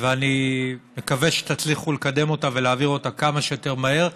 ואני מקווה שתצליחו לקדם אותה ולהעביר אותה כמה שיותר מהר,